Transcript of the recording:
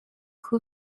who